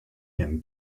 him